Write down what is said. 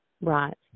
Right